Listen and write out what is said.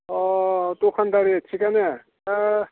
अ दखानदारि थिखआनो